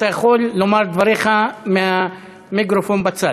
אתה יכול לומר את דבריך מהמיקרופון מהצד.